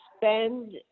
spend